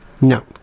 No